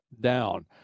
down